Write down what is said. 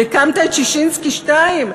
כי הקמת את ועדת ששינסקי 2,